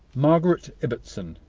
margaret ibbotson.